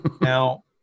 Now